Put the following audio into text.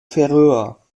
färöer